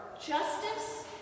justice